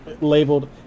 labeled